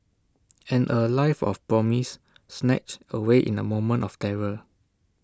and A life of promise snatched away in A moment of terror